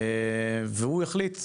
והוא יחליט,